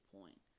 point